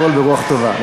הכול ברוח טובה.